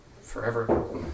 forever